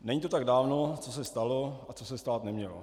Není to tak dávno, co se stalo a co se stát nemělo.